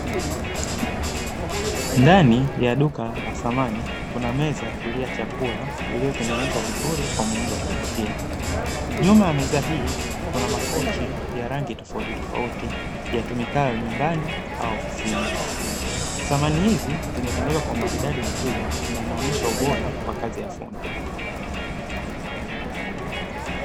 Ndani ya duka la thamani kuna meza kulia chakula uliotengenezwa vizuri kwa muundo huu, pia nyuma ya meza hii kuna makochi ya rangi tofautitofauti ya kemikali nyumbani au ofisini, thamani hizi zimetengenezwa kwa umaridadi mkubwa na inaonyesha ubora wa kazi ya fundi.